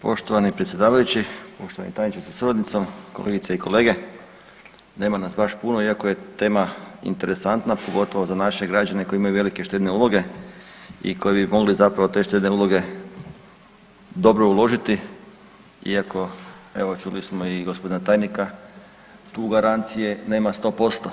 Poštovani predsjedavajući, poštovani tajniče sa suradnicom, kolegice i kolege, nema nas baš puno iako je tema interesantna pogotovo za naše građane koji imaju velike štedne uloge i koji bi mogli zapravo te štedne uloge dobro uložiti iako evo čuli smo i gospodina tajnika, tu garancije nema 100%